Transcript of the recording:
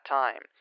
time